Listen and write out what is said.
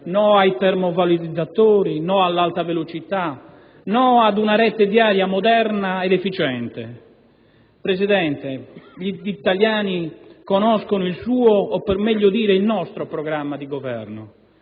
no ai termovalorizzatori, no all'alta velocità, no ad una rete viaria moderna ed efficiente. Presidente, gli italiani conoscono il suo o, per meglio dire, il nostro programma di Governo,